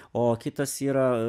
o kitas yra